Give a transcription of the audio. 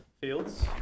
Fields